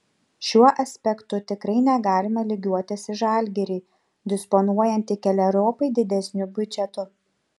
šiuo aspektu tikrai negalime lygiuotis į žalgirį disponuojantį keleriopai didesniu biudžetu